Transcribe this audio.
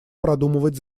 продумывать